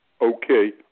Okay